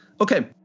Okay